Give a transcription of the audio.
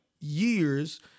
years